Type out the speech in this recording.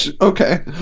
Okay